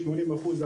80 אחוזים,